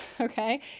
okay